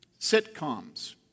Sitcoms